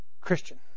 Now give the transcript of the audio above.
Christian